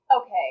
okay